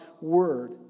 word